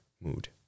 mood